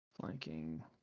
Flanking